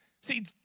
See